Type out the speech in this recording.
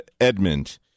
edmund